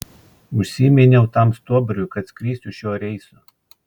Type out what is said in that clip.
užsiminiau tam stuobriui kad skrisiu šiuo reisu